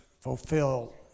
fulfill